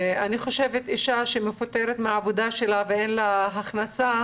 אני חושבת שאישה שמפוטרת מהעבודה שלה ואין לה הכנסה,